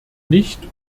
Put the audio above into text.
nicht